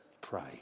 pray